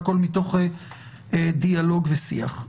והכול מתוך דיאלוג ושיח.